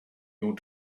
your